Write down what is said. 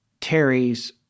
Terry's